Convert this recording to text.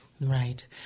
Right